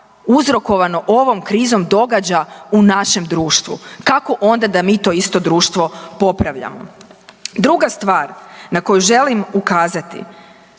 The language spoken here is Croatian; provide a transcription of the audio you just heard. uzrokovano ovom krizom događa u našem društvu. Kako onda da mi to isto društvo popravljamo? Druga stvar na koju želim ukazati